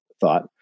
thought